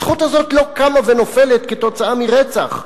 הזכות הזאת לא קמה ונופלת כתוצאה מרצח.